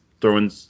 Throwing